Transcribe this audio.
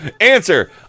Answer